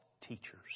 teachers